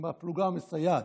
הפלוגה המסייעת,